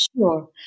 Sure